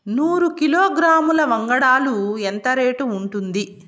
నూరు కిలోగ్రాముల వంగడాలు ఎంత రేటు ఉంటుంది?